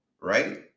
Right